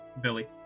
Billy